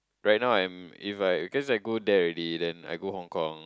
right now I'm if I cause I go there already then I go Hong Kong